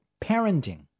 parenting